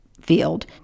field